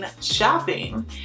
shopping